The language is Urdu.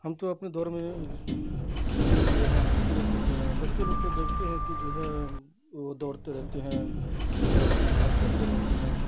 ہم تو اپنے دور میں نہیں لیے ہیں اس لیے کہ جو ہے بچوں لوگ کو دیکھتے ہیں کہ جو ہے وہ دوڑتے رہتے ہیں وہ اپنی محنت کرتے رہتے ہیں